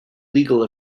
legal